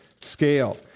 scale